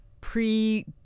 pre